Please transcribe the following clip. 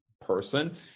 person